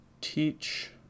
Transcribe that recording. teach